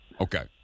Okay